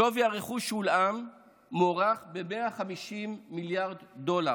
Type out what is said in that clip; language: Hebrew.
שווי הרכוש שהולאם מוערך ב-150 מיליארד דולר.